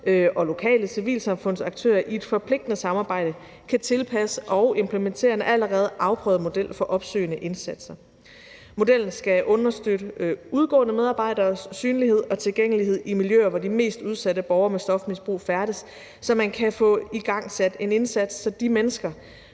og lokale civilsamfundsaktører i et forpligtende samarbejde kan tilpasse og implementere en allerede afprøvet model for opsøgende indsatser. Kl. 18:02 Modellen skal understøtte udgående medarbejderes synlighed og tilgængelighed i miljøer, hvor de mest udsatte borgere med stofmisbrug færdes, så man kan få igangsat en indsats, så de mennesker,